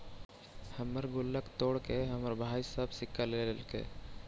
हमर गुल्लक तोड़के हमर भाई सब सिक्का ले लेलके